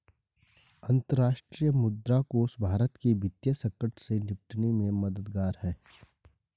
अंतर्राष्ट्रीय मुद्रा कोष भारत के वित्तीय संकट से निपटने में मददगार रहा है